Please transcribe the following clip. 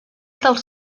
dels